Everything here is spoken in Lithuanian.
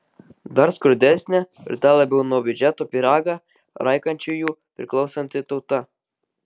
dar skurdesnė ir dar labiau nuo biudžeto pyragą raikančiųjų priklausanti tauta